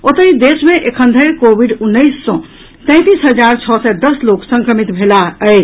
ओतहि देश मे एखन धरि कोविड उन्नैस सँ तैंतीस हजार छओ सय दस लोक संक्रमित भेलाह अछि